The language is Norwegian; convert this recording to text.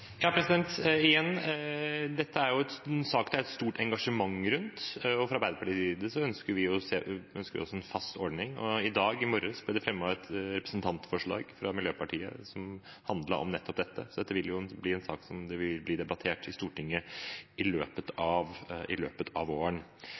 Dette er en sak det er et stort engasjement rundt, og fra Arbeiderpartiets side ønsker vi oss en fast ordning. I dag morges ble det fremmet et representantforslag fra Miljøpartiet De Grønne som handler om nettopp dette, så dette er jo en sak som vil bli debattert i Stortinget i løpet